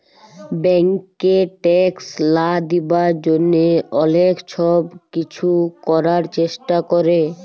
ব্যাংকে ট্যাক্স লা দিবার জ্যনহে অলেক ছব কিছু ক্যরার চেষ্টা ক্যরে